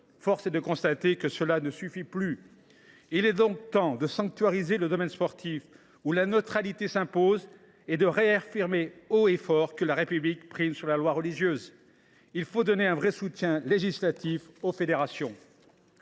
Force est de constater que cela ne suffit plus ! Il est donc temps de sanctuariser le domaine sportif, où la neutralité s’impose, et de réaffirmer haut et fort que la République prime la loi religieuse. Il faut donner un vrai soutien législatif aux fédérations.